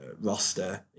roster